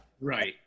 right